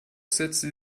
setzte